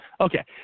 Okay